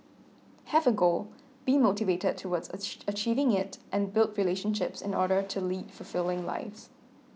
have a goal be motivated towards achieve achieving it and build relationships in order to lead fulfilling lives